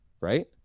right